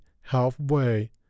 halfway